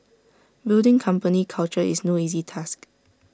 building company culture is no easy task